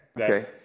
Okay